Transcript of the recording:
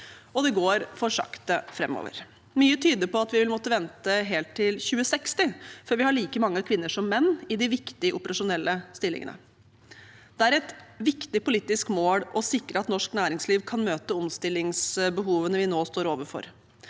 og det går for sakte framover. Mye tyder på at vi vil måtte vente helt til 2060 før vi har like mange kvinner som menn i de viktige operasjonelle stillingene. Det er et viktig politisk mål å sikre at norsk næringsliv kan møte omstillingsbehovene vi nå står overfor.